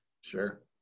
Sure